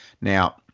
Now